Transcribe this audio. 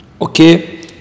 Okay